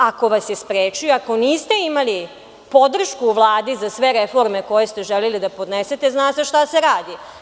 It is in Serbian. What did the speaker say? Ako vas je sprečio i ako niste imali podršku u Vladi za sve reforme koje ste želeli da podnesete, zna se šta se radi.